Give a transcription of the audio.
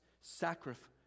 sacrifice